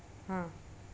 हां